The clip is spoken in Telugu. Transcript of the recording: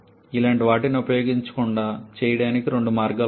ఇలాంటి వాటిని ఉపయోగించకుండా చేయడానికి రెండు మార్గాలు ఉన్నాయి